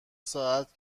ساعت